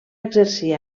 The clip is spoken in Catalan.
exercir